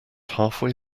halfway